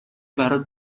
برات